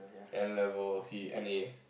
N-level he any